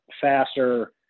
faster